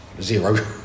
zero